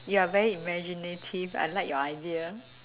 you are very imaginative I like your idea